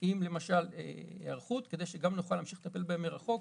כדי שנוכל להמשיך לטפל בהם גם מרחוק,